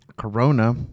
corona